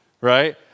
right